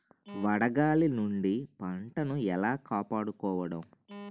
వడగాలి నుండి పంటను ఏలా కాపాడుకోవడం?